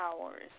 hours